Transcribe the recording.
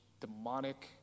demonic